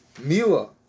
Mila